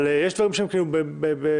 אבל יש דברים שהם בהסכמה.